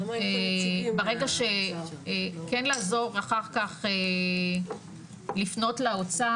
ברגע שכן לחזור אחר כך לפנות לאוצר